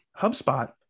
HubSpot